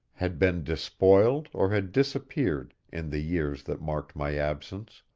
had been despoiled or had disappeared in the years that marked my absence.